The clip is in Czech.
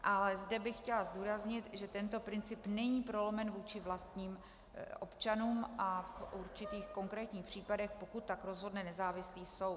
A zde bych chtěla zdůraznit, že tento princip není prolomen vůči vlastním občanům a v určitých konkrétních případech, pokud tak rozhodne nezávislý soud.